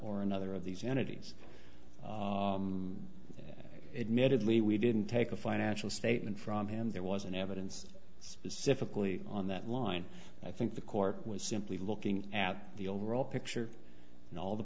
or another of these entities admittedly we didn't take a financial statement from him there was an evidence specifically on that line i think the court was simply looking at the overall picture and all the